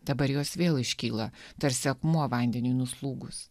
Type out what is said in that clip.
dabar jos vėl iškyla tarsi akmuo vandeniui nuslūgus